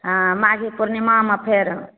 हाँ माघी पूर्णिमामे फेर